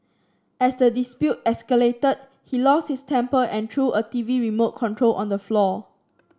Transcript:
as the dispute escalated he lost his temper and threw a TV remote control on the floor